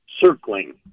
circling